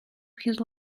his